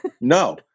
No